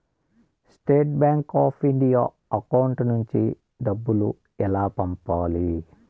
State bank of India account నుంచి డబ్బులు ఎలా పంపాలి?